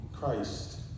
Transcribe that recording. Christ